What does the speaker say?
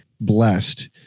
blessed